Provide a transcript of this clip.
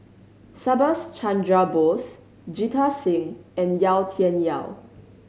Subhas Chandra Bose Jita Singh and Yau Tian Yau